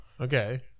Okay